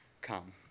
come